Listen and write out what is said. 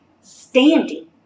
standing